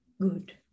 good